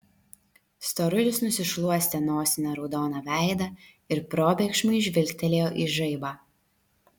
storulis nusišluostė nosine raudoną veidą ir probėgšmais žvilgtelėjo į žaibą